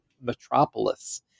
metropolis